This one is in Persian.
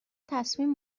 تصمیم